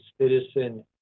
citizen